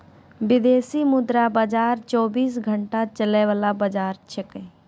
विदेशी मुद्रा बाजार चौबीस घंटा चलय वाला बाजार छेकै